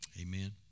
amen